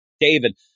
David